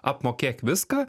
apmokėk viską